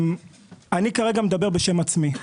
אני כרגע מדבר בשם עצמי.